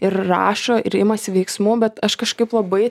ir rašo ir imasi veiksmų bet aš kažkaip labai